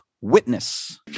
Witness